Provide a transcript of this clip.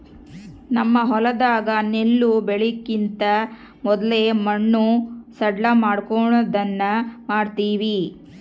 ನಮ್ಮ ಹೊಲದಾಗ ನೆಲ್ಲು ಬೆಳೆಕಿಂತ ಮೊದ್ಲು ಮಣ್ಣು ಸಡ್ಲಮಾಡೊದನ್ನ ಮಾಡ್ತವಿ